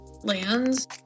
lands